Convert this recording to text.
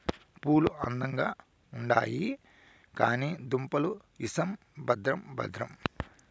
పూలు అందంగా ఉండాయి కానీ దుంపలు ఇసం భద్రం భద్రం